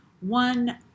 one